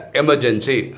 emergency